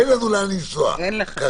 אין לנו לאן לנסוע כרגע.